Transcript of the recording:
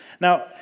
Now